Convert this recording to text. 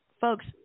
folks